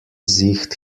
sieht